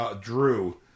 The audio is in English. drew